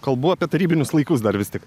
kalbu apie tarybinius laikus dar vis tik